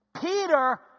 Peter